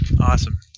awesome